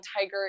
Tiger